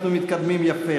אנחנו מתקדמים יפה.